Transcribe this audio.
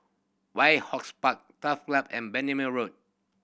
White House Park Turf Club and Bendemeer Road